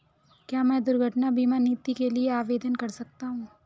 क्या मैं दुर्घटना बीमा नीति के लिए आवेदन कर सकता हूँ?